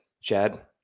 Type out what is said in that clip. Chad